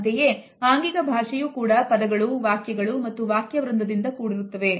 ಅಂತೆಯೇ ಆಂಗಿಕ ಭಾಷೆಯೂ ಕೂಡ ಪದಗಳು ವಾಕ್ಯಗಳು ಮತ್ತು ವಾಕ್ಯ ವೃಂದದಿಂದ ಕೂಡಿರುತ್ತದೆ